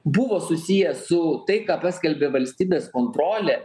buvo susiję su tai ką paskelbė valstybės kontrolė